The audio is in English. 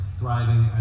thriving